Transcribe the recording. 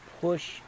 push